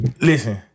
Listen